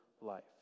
life